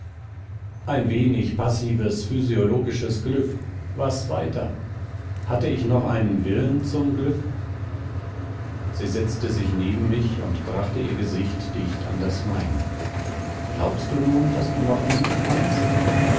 ein wenig passives physiologisches glück was weiter hatte ich noch einen willen zum glück sie setzte sich neben mich und brachte ihr gesicht dicht an das meine glaubst du nun daß du noch lieben kannst